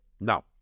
No